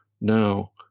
now